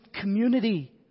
community